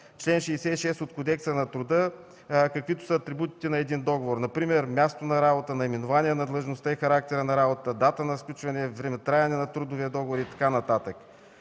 чл. 66 от Кодекса на труда, каквито са атрибутите на един договор – например: място на работа, наименование на длъжността и характера на работата, дата на сключване, времетраене на трудовия договор и така